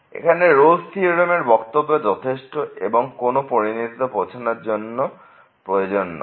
এখানে Rolle's theorem এর বক্তব্য যথেষ্ট এবং কোন পরিণতিতে পৌঁছানোর জন্য প্রয়োজন নয়